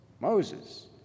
Moses